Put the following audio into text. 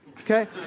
okay